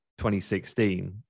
2016